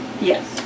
Yes